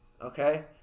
Okay